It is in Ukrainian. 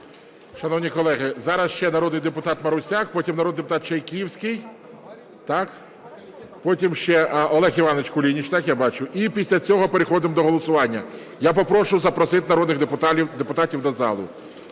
Шановні колеги, зараз ще народний депутат Марусяк. Потім – народний депутат Чайківський. Потім ще Олег Іванович Кулініч, я бачу. І після цього переходимо до голосування. Я попрошу запросити народних депутатів до зали.